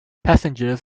passengers